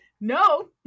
No